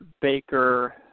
Baker